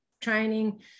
training